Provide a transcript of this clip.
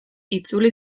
itzuli